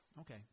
Okay